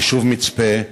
היישוב מצפה,